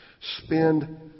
spend